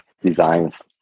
designs